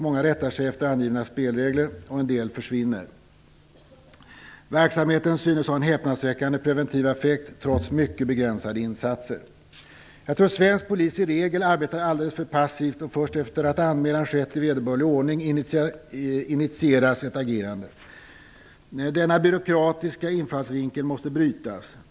Många rättar sig efter angivna spelregler och en del försvinner. Verksamheten synes ha en häpnadsväckande preventiv effekt, trots mycket begränsade insatser. Jag tror att svensk polis i regel arbetar alldeles för passivt, och först efter att anmälan skett i vederbörlig ordning initieras ett agerande. Denna byråkratiska infallsvinkel måste brytas.